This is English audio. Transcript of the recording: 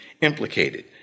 implicated